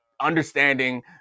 understanding